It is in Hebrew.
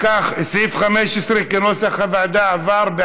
אם כך, סעיף 15, כנוסח הוועדה, עבר.